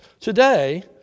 Today